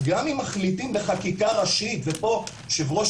גם אם מחליטים בחקיקה ראשית ופה יושב ראש